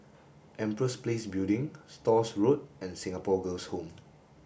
Empress Place Building Stores Road and Singapore Girls' Home